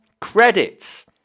credits